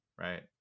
right